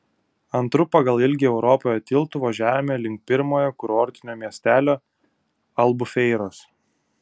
antru pagal ilgį europoje tiltu važiavome link pirmojo kurortinio miestelio albufeiros